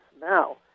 now